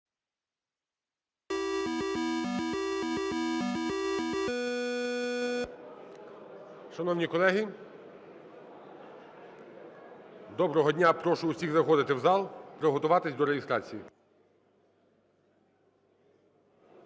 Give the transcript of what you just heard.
доброго дня, прошу всіх заходити в зал і приготуватись до реєстрації.